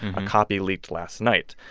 a copy leaked last night.